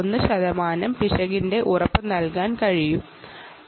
1 ശതമാനം എററിന്റെ ഉറപ്പ് നൽകാൻ കഴിയുകയുളളു